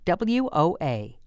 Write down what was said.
WOA